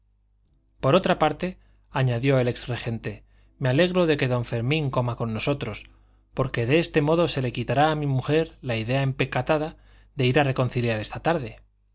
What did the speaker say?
por otra parte añadió el ex regente me alegro de que don fermín coma con nosotros porque de este modo se le quitará a mi mujer la idea empecatada de ir a reconciliar esta tarde